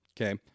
Okay